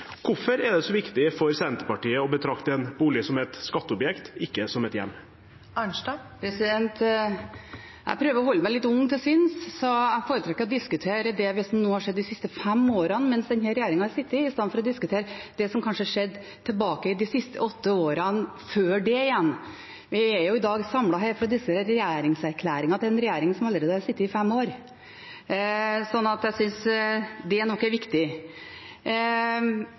Hvorfor er det så viktig for Senterpartiet å betrakte en bolig som et skatteobjekt, og ikke som et hjem? Jeg prøver å holde meg litt ung til sinns, så jeg foretrekker å diskutere det som har skjedd de siste fem årene, mens denne regjeringen har sittet, i stedet for å diskutere det som skjedde de åtte årene før det igjen. Vi er samlet her i dag for å diskutere regjeringserklæringen til en regjering som allerede har sittet i fem år. Så jeg synes nok det er viktig. Debatten om avgifter er viktig,